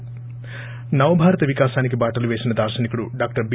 ి నవభారత వికాసానికి బాటలు వేసిన దార్పనికుడు డాక్టర్ బి